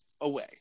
away